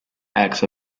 acts